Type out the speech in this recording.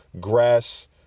grass